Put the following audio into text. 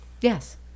yes